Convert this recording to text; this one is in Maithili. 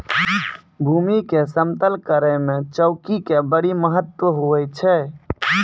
भूमी के समतल करै मे चौकी के बड्डी महत्व हुवै छै